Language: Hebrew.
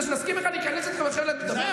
כדי שנסכים להיכנס לחדר לדבר?